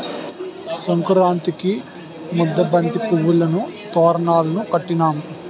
సంకురాతిరికి ముద్దబంతి పువ్వులును తోరణాలును కట్టినాం